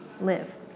live